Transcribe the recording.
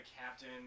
captain